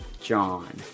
John